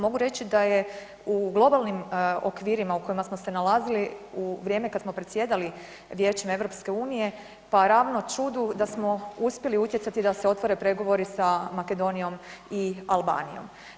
Mogu reći da je u globalnim okvirima u kojima smo se nalazili u vrijeme kad smo predsjedali Vijećem EU pa ravno čudu da smo uspjeli utjecati da se otvore pregovori sa Makedonijom i Albanijom.